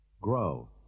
grow